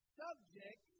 subject